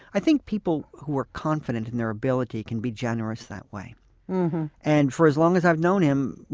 i think people who are confident in their ability can be generous that way and for as long as i've known him,